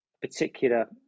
particular